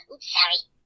Sorry